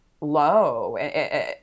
low